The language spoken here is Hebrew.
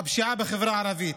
בפשיעה בחברה הערבית,